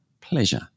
pleasure